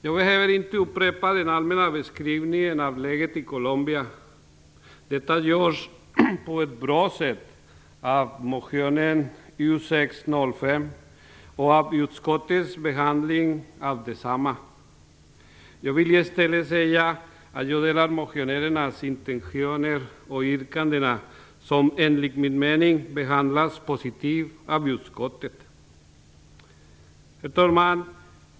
Jag behöver inte upprepa den allmänna beskrivningen av läget i Colombia. Detta görs på ett bra sätt i motion U605 och i utskottets behandling av densamma. Jag vill i stället säga att jag delar motionärernas intentioner och instämmer i yrkandena, som enligt min mening behandlas positivt av utskottet. Herr talman!